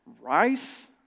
rice